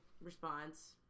response